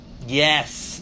Yes